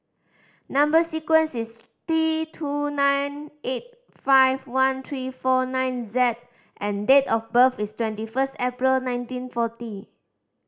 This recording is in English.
number sequence is T two nine eight five one three four nine Z and date of birth is twenty first April nineteen forty